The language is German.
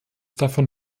davon